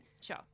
Sure